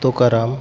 Tukaram